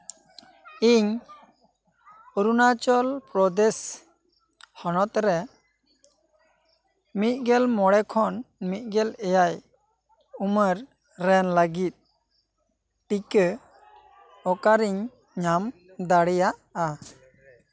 ᱤᱧ ᱚᱨᱩᱱᱟᱪᱚᱞ ᱯᱨᱚᱫᱮᱥ ᱦᱚᱱᱚᱛᱨᱮ ᱢᱤᱫᱜᱮᱞ ᱢᱚᱬᱮ ᱠᱷᱚᱱ ᱢᱤᱫ ᱜᱮᱞ ᱮᱭᱟᱭ ᱩᱢᱮᱨ ᱨᱮᱱ ᱞᱟᱹᱜᱤᱫ ᱴᱤᱠᱟᱹ ᱚᱠᱟᱨᱤᱧ ᱧᱟᱢ ᱫᱟᱲᱮᱭᱟᱜᱼᱟ